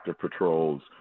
patrols